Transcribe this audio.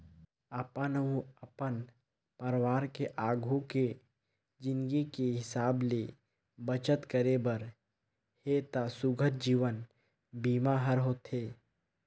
अपन अउ अपन परवार के आघू के जिनगी के हिसाब ले बचत करे बर हे त सुग्घर जीवन बीमा हर होथे